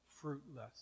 fruitless